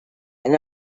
and